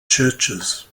churches